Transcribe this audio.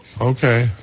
Okay